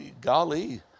golly